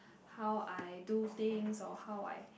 how I do things or how I